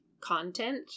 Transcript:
content